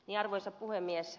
arvoisa puhemies